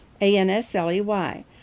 ANSLEY